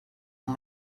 and